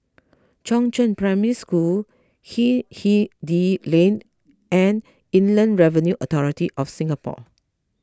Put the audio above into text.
Chongzheng Primary School Hindhede Lane and Inland Revenue Authority of Singapore